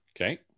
Okay